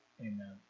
Amen